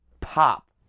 pop